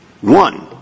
one